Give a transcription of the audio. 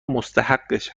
مستحقش